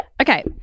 Okay